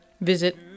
Visit